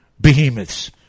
behemoths